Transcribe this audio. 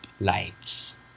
lives